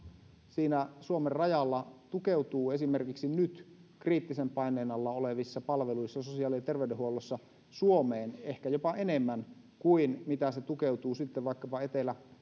siinä suomen rajalla tukeutuu esimerkiksi nyt kriittisen paineen alla olevissa palveluissa sosiaali ja terveydenhuollossa suomeen ehkä jopa enemmän kuin mitä se tukeutuu vaikkapa etelä